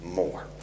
more